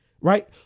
Right